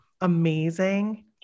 amazing